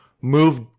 Move